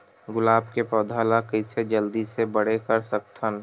गुलाब के पौधा ल कइसे जल्दी से बड़े कर सकथन?